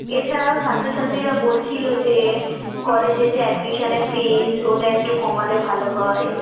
এছাড়াও ছাত্রছাত্রীরা বলছিলো যে কলেজের যে অ্যাডমিসনের ফিজ ওটা একটু কমালে ভালো হয়